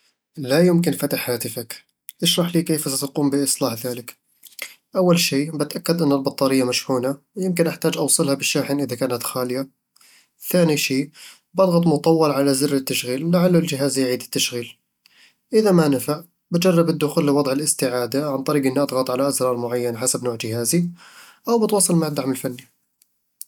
لا يُمكن فتح هاتفك. اشرح لي كيف ستقوم بإصلاح ذلك. أول شي، بتأكد أن البطارية مشحونة، ويمكن أحتاج أوصلها بالشاحن إذا كانت خالية ثاني شي، بضغط مطوّل على زر التشغيل لعله الجهاز يعيد التشغيل إذا ما نفع، بجرب الدخول لوضع الاستعادة عن طريق اني اضغط على أزرار معينة حسب نوع جهازي، أو بتواصل مع الدعم الفني